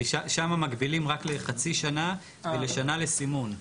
כי שם מגבילים רק לחצי שנה ולשנה לסימון.